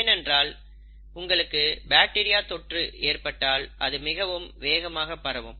ஏனென்றால் உங்களுக்கு பாக்டீரியா தொற்று ஏற்பட்டால் அது மிகவும் வேகமாக பரவும்